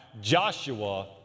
Joshua